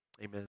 amen